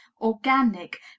organic